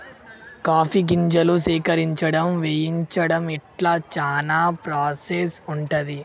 coffee గింజలు సేకరించడం వేయించడం ఇట్లా చానా ప్రాసెస్ ఉంటది